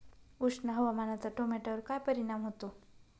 उष्ण हवामानाचा टोमॅटोवर काय परिणाम होतो?